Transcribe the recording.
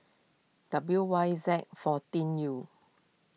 W Y Z fourteen U